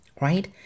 right